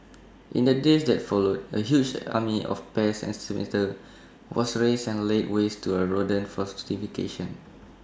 in the days that followed A huge army of pest exterminators was raised and laid waste to the rodent fortification